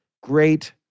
great